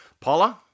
Paula